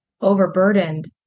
overburdened